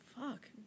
Fuck